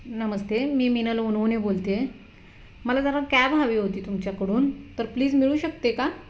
नमस्ते मी मीनल उनउने बोलते मला जरा कॅब हवी होती तुमच्याकडून तर प्लीज मिळू शकते का